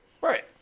Right